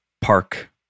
park